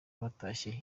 batashye